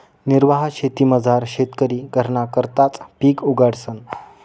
निर्वाह शेतीमझार शेतकरी घरना करताच पिक उगाडस